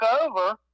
over